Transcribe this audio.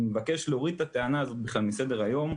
אני מבקש להוריד את הטענה הזאת בכלל מסדר-היום.